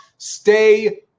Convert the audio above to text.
Stay